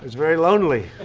very lonely.